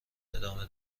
ادامه